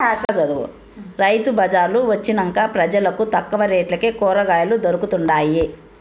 రైతు బళార్లు వొచ్చినంక పెజలకు తక్కువ రేట్లకే కూరకాయలు దొరకతండాయి